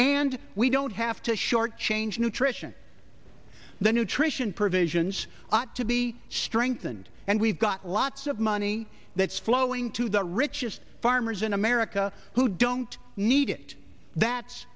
and we don't have to shortchange nutrition the nutrition provisions ought to be strengthened and we've got lots of money that's flowing to the richest farmers in america who don't need it that's